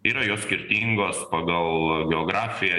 yra jos skirtingos pagal geografiją